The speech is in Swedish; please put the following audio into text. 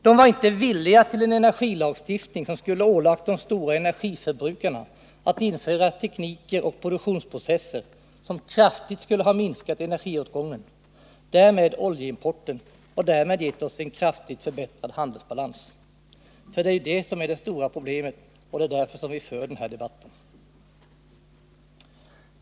De var inte villiga till en energilagstiftning som skulle ålagt de stora energiförbrukarna att införa tekniker och produktionsprocesser som kraftigt skulle ha minskat energiåtgången, därmed oljeimporten och därmed gett oss en kraftigt förbättrad handelsbalans. Det är ju det stora problemet, och det är därför vi för den här debatten.